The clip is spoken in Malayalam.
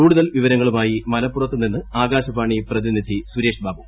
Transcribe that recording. കൂടുതൽ വിവരങ്ങളുമായി മലപ്പുറത്ത് നിന്ന് ആകാശവാണി പ്രതിനിധി സുരേഷ് ബാബു